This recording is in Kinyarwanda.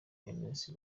iminsi